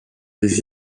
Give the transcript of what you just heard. des